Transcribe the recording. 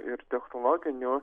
ir technologinio